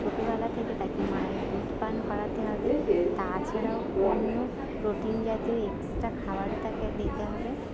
ছোটবেলা থেকে তাকে মায়ের দুধ পান করাতে হবে তাছাড়াও অন্য প্রোটিন জাতীয় এক্সট্রা খাবারও তাকে দিতে হবে